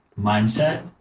mindset